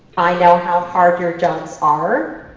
i know how hard your jobs are.